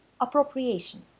appropriation